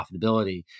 profitability